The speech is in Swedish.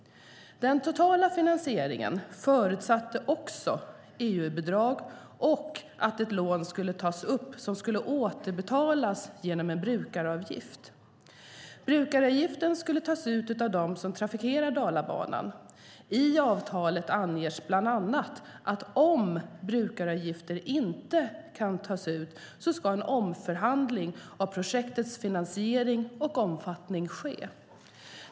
Den totala finansieringen förutsatte också EU-bidrag och att ett lån skulle tas upp som skulle återbetalas genom en brukaravgift. Brukaravgiften skulle tas ut av dem som trafikerar Dalabanan. I avtalet anges bland annat att om brukaravgifter inte kan tas ut ska en omförhandling av projektets finansiering och omfattning ske.